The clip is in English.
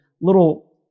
little